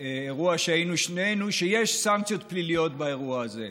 אירוע שהיינו בו שנינו שיש סנקציות פליליות בחוק הזה.